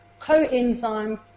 coenzyme